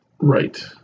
Right